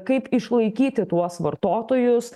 kaip išlaikyti tuos vartotojus